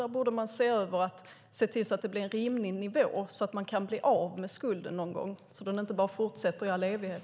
Där borde vi se till att det blir en rimlig nivå så att man kan bli av med skulden någon gång och den inte fortsätter i all evighet.